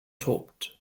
tobt